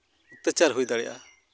ᱚᱛᱛᱟᱪᱟᱨ ᱦᱩᱭ ᱫᱟᱲᱮᱭᱟᱜᱼᱟ